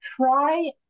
Try